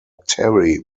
terry